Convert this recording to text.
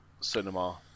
cinema